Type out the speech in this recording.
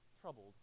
troubled